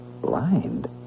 Blind